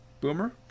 Boomer